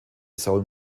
soul